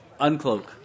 uncloak